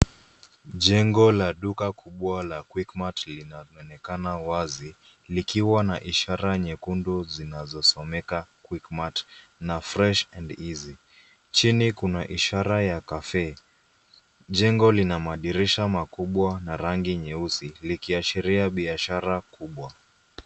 Jengo la duka kubwa la Quickmart linaonekana wazi, likiwa na ishara nyekundu zinazosomeka, Quickmart na fresh and easy . Chini kuna ishara ya cafe . Jengo lina madirisha makubwa na rangi nyeusi, likiashiria biashara kubwa.